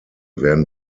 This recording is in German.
werden